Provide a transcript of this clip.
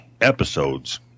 episodes